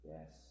Yes